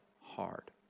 hard